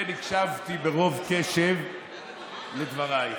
אכן הקשבתי ברוב קשב לדברייך,